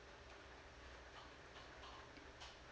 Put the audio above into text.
uh